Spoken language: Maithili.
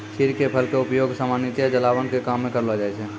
चीड़ के फल के उपयोग सामान्यतया जलावन के काम मॅ करलो जाय छै